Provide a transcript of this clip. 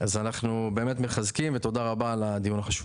אז אנחנו באמת מחזקים ותודה רבה על הדיון החשוב.